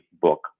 book